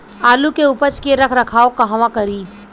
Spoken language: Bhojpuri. आलू के उपज के रख रखाव कहवा करी?